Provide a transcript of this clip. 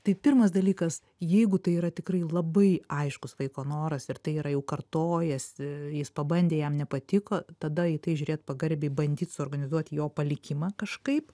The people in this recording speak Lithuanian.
tai pirmas dalykas jeigu tai yra tikrai labai aiškus vaiko noras ir tai yra jau kartojasi jis pabandė jam nepatiko tada į tai žiūrėt pagarbiai bandyt suorganizuot jo palikimą kažkaip